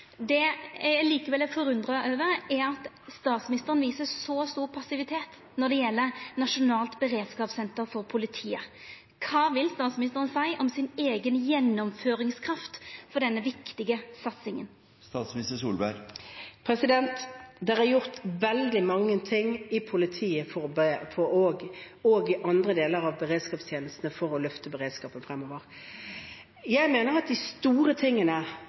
Det eg likevel er forundra over, er at statsministeren viser så stor passivitet når det gjeld nasjonalt beredskapssenter for politiet. Kva vil statsministeren seia om si eiga gjennomføringskraft for denne viktige satsinga? Det er gjort veldig mange ting i politiet og i andre deler av beredskapstjenestene for å løfte beredskapen fremover. Jeg mener at de store tingene